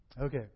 Okay